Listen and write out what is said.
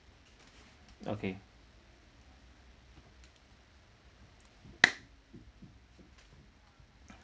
okay